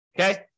Okay